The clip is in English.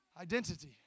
Identity